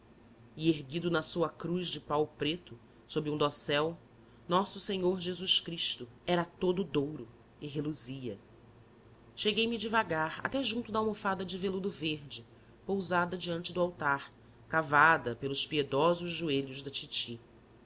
e erguido na sua cruz de pau preto sob um dossel nosso senhor jesus cristo era todo de ouro e reluzia cheguei-me devagar até junto da almofada de veludo verde pousada diante do altar cavada pelos piedosos joelhos da titi